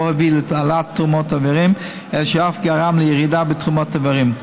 הביא להעלאת תרומות האיברים אלא שהוא אף גרם לירידה בתרומות האיברים.